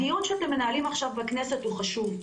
הדיון שאתם מנהלים עכשיו בכנסת הוא חשוב.